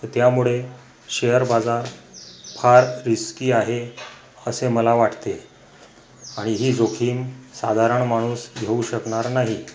तर त्यामुळे शेयर बाजार फार रिस्की आहे असे मला वाटते आणि ही जोखीम साधारण माणूस घेऊ शकणार नाही